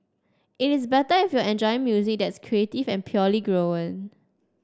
it is better if you're enjoying music that's creative and purely grown